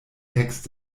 text